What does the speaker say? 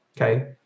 Okay